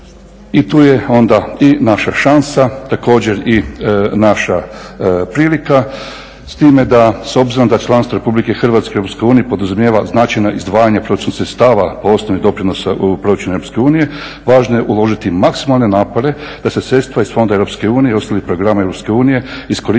I tu je onda i naša šansa, također i naša prilika s time da s obzirom da članstvo Republike Hrvatske u Europskoj uniji podrazumijeva značajna izdvajanja proračunskih sredstava po osnovi doprinosa u proračunu Europske unije. Važno je uložiti maksimalne napore da se sredstva iz fondova Europske unije i ostalih programa Europske unije iskoriste u